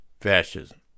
fascism